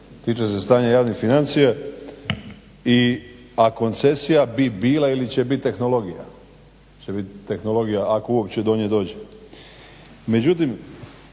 tiče se stanja javnih financija. A koncesija bi bila ili će bit tehnologija, će biti tehnologija ako uopće do nje dođe.